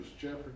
chapter